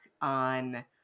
on